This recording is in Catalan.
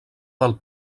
del